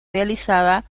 realizada